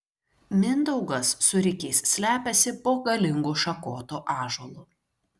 mindaugas su rikiais slepiasi po galingu šakotu ąžuolu